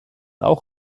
auch